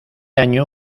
año